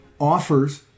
offers